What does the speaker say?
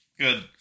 good